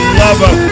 lover